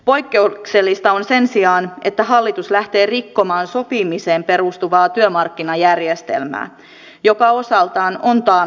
poikkeuksellista on sen sijaan että hallitus lähtee rikkomaan sopimiseen perustuvaa työmarkkinajärjestelmää joka osaltaan on taannut yhteiskuntarauhan